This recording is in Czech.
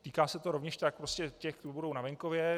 Týká se to rovněž tak prostě těch, co budou na venkově.